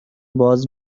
باز